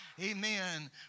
Amen